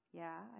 Yeah